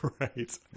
Right